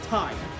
time